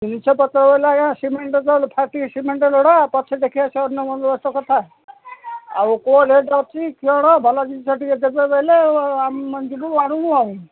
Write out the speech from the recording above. ଜିନିଷପତ୍ର ବୋଲେ ଆଜ୍ଞା ସିମେଣ୍ଟ ତ ଫାଟିିକି ସିମେଣ୍ଟ ଲୋଡ଼ା ପଛେ ଦେଖିବା ସେ ଅନ୍ୟ ମନ୍ଦ ବଷ କଥା ଆଉ କୋଉ ରେଟ୍ ଅଛି କିଅଣ ଭଲ ଜିନିଷ ଟିକେ ଦେବେ ବୋଲେ ଆମ ଯିବୁ ଆଣିବୁ ଆଉ